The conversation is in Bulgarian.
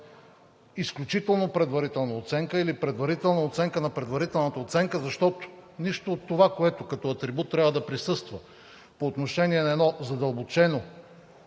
изключително предварителна оценка или предварителна оценка на предварителната оценка, защото нищо от това, което като атрибут трябва да присъства по отношение на едно задълбочено,